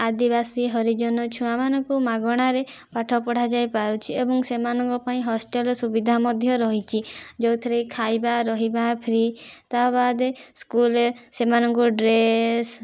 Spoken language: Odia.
ଆଦିବାସୀ ହରିଜନ ଛୁଆମାନଙ୍କୁ ମାଗଣାରେ ପାଠ ପଢ଼ାଯାଇପାରୁଛି ଏବଂ ସେମାନଙ୍କ ପାଇଁ ହଷ୍ଟେଲ ସୁବିଧା ମଧ୍ୟ ରହିଛି ଯେଉଁଥିରେକି ଖାଇବା ରହିବା ଫ୍ରି ତା ବାଦେ ସ୍କୁଲ ରେ ସେମାନଙ୍କୁ ଡ୍ରେସ